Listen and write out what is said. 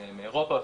מאירופה,